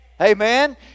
Amen